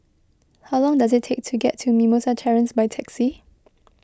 how long does it take to get to Mimosa Terrace by taxi